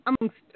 amongst